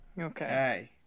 Okay